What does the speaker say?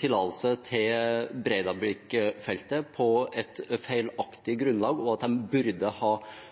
tillatelse til Breidablikk-feltet på et feilaktig grunnlag, og at de burde ha